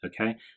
okay